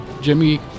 Jimmy